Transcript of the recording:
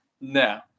No